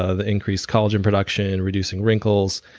ah the increased collagen production, reducing wrinkles,